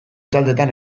taldetan